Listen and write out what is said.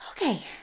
Okay